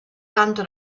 tanto